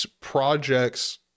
projects